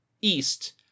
East